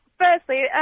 Firstly